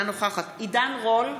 אינה נוכחת עידן רול,